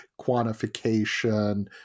quantification